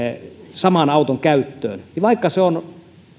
saman auton käyttöön niin vaikka se on